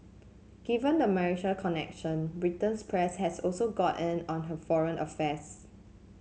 given the marital connection Britain's press has also got in on her foreign affairs